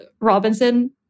robinson